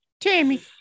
tammy